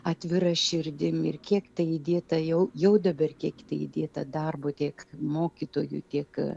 atvira širdim ir kiek tai įdėta jau jau dabar kiek įdėta darbo tiek mokytojui tiek